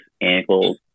ankles